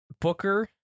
Booker